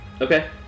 Okay